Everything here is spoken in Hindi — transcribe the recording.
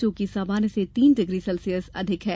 जो कि सामान्य से तीन डिग्री सेल्सियस से अधिक है